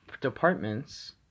departments